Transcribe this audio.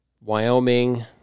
Wyoming